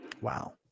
Wow